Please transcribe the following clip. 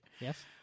Yes